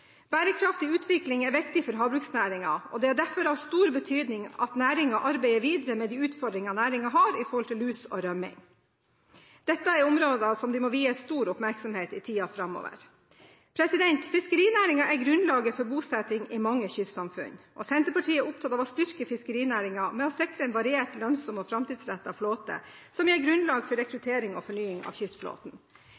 Bærekraftig utvikling er viktig for havbruksnæringen, og det er derfor av stor betydning at næringen arbeider videre med de utfordringer den har med lus og rømming. Dette er områder som de må vie stor oppmerksomhet i tiden framover. Fiskerinæringen er grunnlaget for bosetting i mange kystsamfunn, og Senterpartiet er opptatt av å styrke fiskerinæringen ved å sikre en variert, lønnsom og framtidsrettet flåte som gir grunnlag for